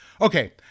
Okay